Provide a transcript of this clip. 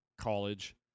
college